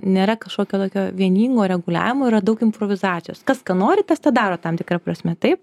nėra kažkokio tokio vieningo reguliavimo yra daug improvizacijos kas ką nori tas tą daro tam tikra prasme taip